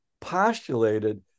postulated